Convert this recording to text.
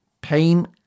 Pain